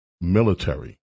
military